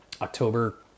October